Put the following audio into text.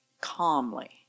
calmly